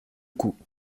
coups